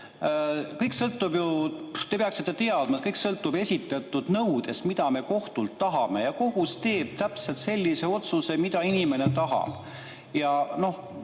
väga lihtne. Te peaksite teadma, et kõik sõltub esitatud nõudest, mida me kohtult tahame. Kohus teeb täpselt sellise otsuse, mida inimene tahab. Ja noh,